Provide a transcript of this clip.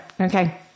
Okay